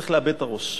צריך לאבד את הראש.